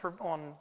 on